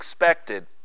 expected